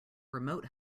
remote